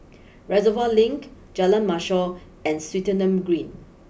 Reservoir Link Jalan Mashor and Swettenham Green